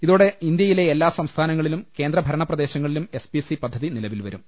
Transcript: ഇതോടെ ഇന്ത്യയിലെ എല്ലാ സംസ്ഥാനങ്ങ ളിലും കേന്ദ്ര ഭരണ പ്രദേശങ്ങളിലും എസ് പി സി പദ്ധതി നില വിൽവരും